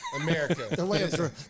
america